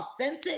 authentic